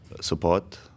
support